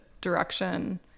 direction